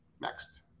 next